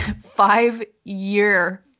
five-year